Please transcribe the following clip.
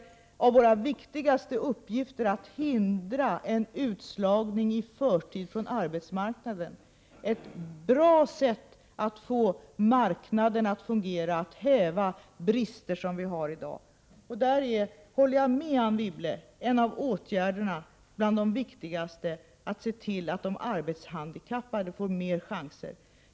En av våra viktigaste uppgifter är att hindra utslagning i förtid från arbetsmarknaden, ett bra sätt att få marknaden att fungera, att häva brister som vi har i dag. Där är — det håller jag med Anne Wibble om — en av de viktigaste åtgärderna att se till att arbetshandikappade får mer chanser.